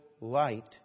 light